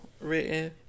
written